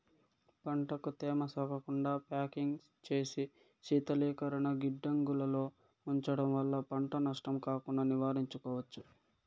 పంటకు తేమ సోకకుండా ప్యాకింగ్ చేసి శీతలీకరణ గిడ్డంగులలో ఉంచడం వల్ల పంట నష్టం కాకుండా నివారించుకోవచ్చు